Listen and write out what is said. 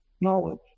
knowledge